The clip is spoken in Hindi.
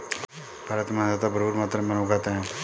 भारत में अन्नदाता भरपूर मात्रा में अन्न उगाते हैं